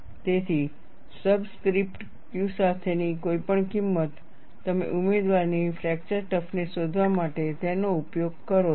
તેથી subscript Q સાથેની કોઈપણ કિંમત તમે ઉમેદવારની ફ્રેક્ચર ટફનેસ શોધવા માટે તેનો ઉપયોગ કરો છો